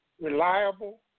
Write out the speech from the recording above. reliable